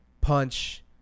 Punch